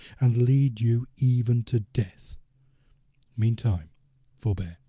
and lead you even to death meantime forbear,